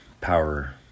power